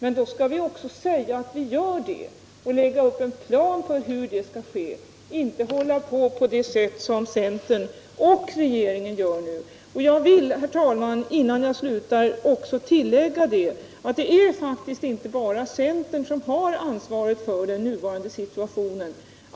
Men då skall vi också säga ifrån att vi gör det och lägga upp en plan för hur det skall ske i stället för att hålla på att argumentera och handla på det sätt som centern och regeringen gör nu. Jag vill, herr talman, innan jag slutar tillägga att det faktiskt inte bara är centern som bär ansvaret för den nuvarande situationen.